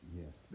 yes